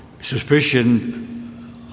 suspicion